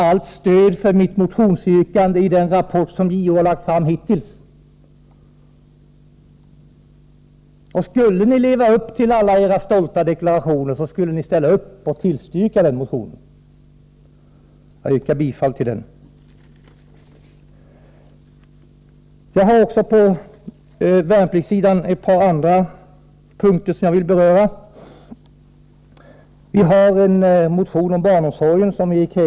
Det som JO hittills framhållit i sin rapportering talar helt till förmån för mitt motionsyrkande. Skulle ni leva upp till alla era stolta deklarationer, skulle ni också ställa upp för min motion och tillstyrka den. Jag yrkar bifall till motion 489. Jag vill också beröra ett par andra punkter på värnpliktsområdet. Vi har väckt en motion om barnomsorgen vid inkallelser.